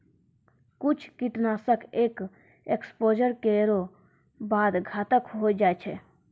कुछ कीट नाशक एक एक्सपोज़र केरो बाद घातक होय जाय छै